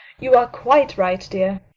you are quite right, dear.